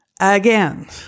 again